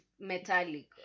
metallic